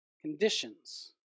Conditions